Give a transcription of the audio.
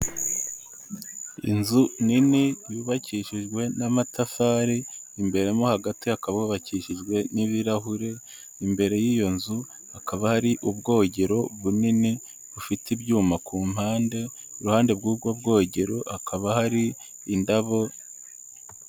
Inzu nini yubakishijwe n'amatafari, imbere mo hagati hakaba hubakishijwe n'ibirahuri, imbere y'iyo nzu hakaba hari ubwogero bunini bufite ibyuma ku mpande, iruhande rw'ubwo bwogero hakaba hari indabo.